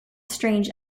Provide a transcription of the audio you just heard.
strange